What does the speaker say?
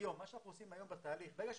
היום - מה שאנחנו עושים היום בתהליך ברגע שהוא